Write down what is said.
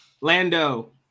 Lando